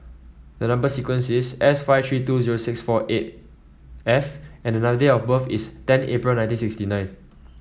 the number sequence is S five three two zero six four eight F and date of birth is ten April nineteen sixty nine